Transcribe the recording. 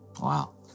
Wow